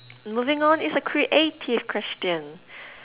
moving on it's a creative question